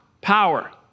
Power